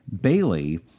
Bailey